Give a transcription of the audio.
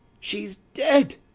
she's dead,